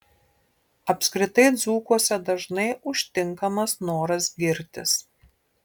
apskritai dzūkuose dažnai užtinkamas noras girtis